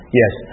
yes